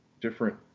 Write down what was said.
different